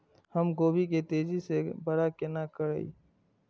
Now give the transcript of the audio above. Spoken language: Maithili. हम गोभी के तेजी से बड़ा केना करिए?